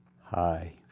hi